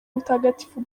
mutagatifu